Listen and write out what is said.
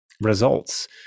results